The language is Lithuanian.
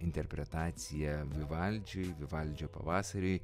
interpretacija vivaldžiui vivaldžio pavasariui